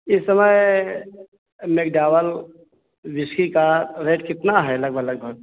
इस समय McDowell whisky का रेट कितना है लगभग लगभग